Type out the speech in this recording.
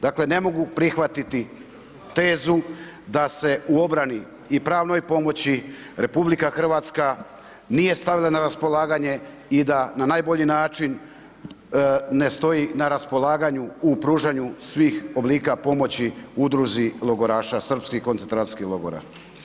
Dakle, ne mogu prihvatiti tezu da se u obrani i pravnoj pomoći RH nije stavila na raspolaganje i da na najbolji način ne stoji na raspolaganju u pružanju svih oblika pomoći Udruzi logoraša srpskih koncentracijskih logora.